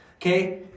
Okay